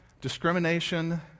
discrimination